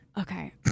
Okay